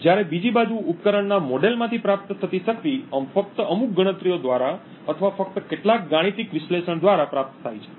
જ્યારે બીજી બાજુ ઉપકરણનાં મોડેલમાંથી પ્રાપ્ત થતી શક્તિ ફક્ત અમુક ગણતરીઓ દ્વારા અથવા ફક્ત કેટલાક ગાણિતિક વિશ્લેષણ દ્વારા પ્રાપ્ત થાય છે